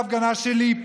הוא אמר שאני לא יהודי,